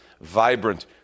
vibrant